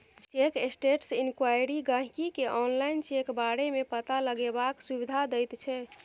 cheque status enquiry गाहिंकी केँ online check बारे मे पता लगेबाक सुविधा दैत छै